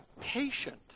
patient